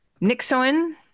Nixon